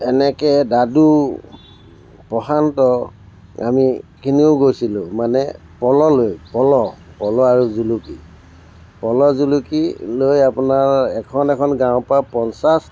এনেকৈ দাদু প্ৰশান্ত আমি তিনিও গৈছিলোঁ মানে প'ল'লৈ প'ল' প'ল' আৰু জুলুকি প'ল' জুলুকি লৈ আপোনাৰ এখন এখন গাঁৱৰ পৰা পঞ্চাছ